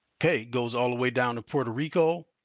okay, goes all the way down to puerto rico.